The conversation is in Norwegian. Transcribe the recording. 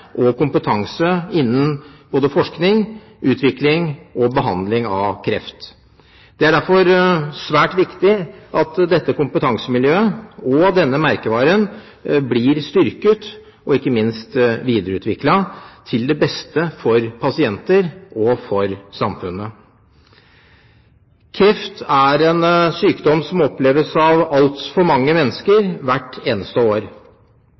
og sin kompetanse innen både forskning, utvikling og behandling av kreft. Det er derfor svært viktig at dette kompetansemiljøet og denne merkevaren blir styrket og ikke minst videreutviklet, til beste for pasientene og for samfunnet. Kreft er en sykdom som oppleves av altfor mange mennesker hvert eneste år.